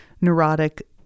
neurotic